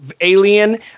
alien